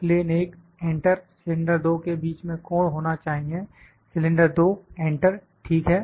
plane 1 enter और cylinder 2 के बीच में कोण होना चाहिए सिलेंडर 2 एंटर ठीक है